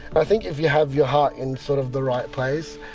i think if you have your heart in sort of the right place,